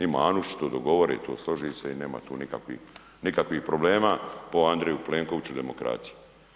Ima Anušić to dogovore, to složi se i nema tu nikakvih problema po Andreju Plenkoviću demokracija.